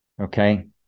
okay